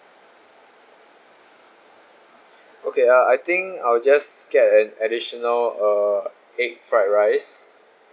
okay uh I think I'll just get an additional uh egg fried rice